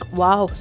wow